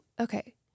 Okay